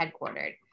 headquartered